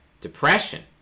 Depression